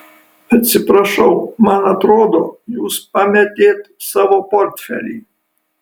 atsiprašau man atrodo jūs pametėt savo portfelį